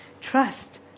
Trust